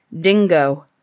Dingo